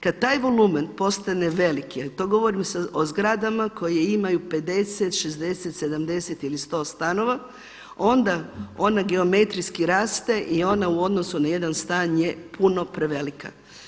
Kad taj volumen postane veliki, to govorim o zgradama koje imaju 50, 60, 70 ili 100 stanova, onda ona geometrijski raste i ona u odnosu na jedan stan je puno prevelika.